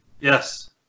Yes